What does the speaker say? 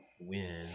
win